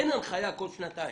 אין הנחיה לעשות זאת כל שנתיים.